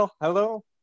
hello